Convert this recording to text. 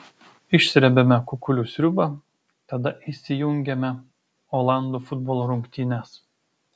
išsrebiame kukulių sriubą tada įsijungiame olandų futbolo rungtynes